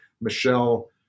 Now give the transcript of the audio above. Michelle